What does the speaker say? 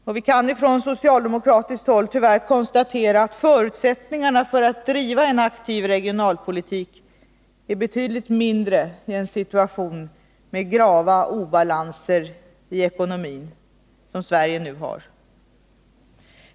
Och vi kan ifrån socialdemokratiskt håll tyvärr konstatera att förutsättningarna för att driva en aktiv regionalpolitik är betydligt mindre i en situation med grava obalanser i ekonomin, som Sverige nu har.